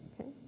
Okay